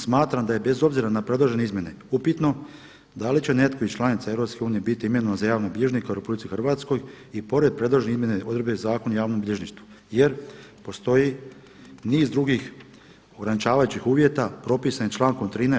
Smatram da je bez obzira na predložene izmjene upitno da li će netko iz članica EU biti imenovan za javnog bilježnika u RH i pored predložene izmjene odredbe Zakona o javnom bilježništvu jer postoji niz drugih ograničavajućih uvjeta propisanim člankom 13.